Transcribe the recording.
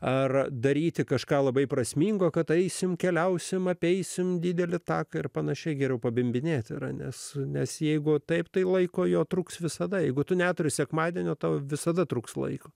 ar daryti kažką labai prasmingo kad eisime keliausime apeisime didelį taką ir pan geriau pabinbinėt yra nes nes jeigu taip tai laiko jo truks visada jeigu tu neturi sekmadienio tau visada trūks laiko